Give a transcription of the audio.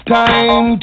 time